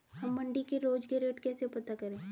हम मंडी के रोज के रेट कैसे पता करें?